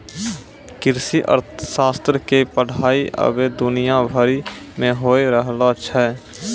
कृषि अर्थशास्त्र के पढ़ाई अबै दुनिया भरि मे होय रहलो छै